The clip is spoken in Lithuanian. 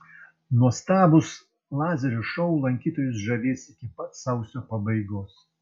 nuostabūs lazerių šou lankytojus žavės iki pat sausio pabaigos